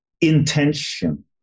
intention